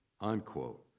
unquote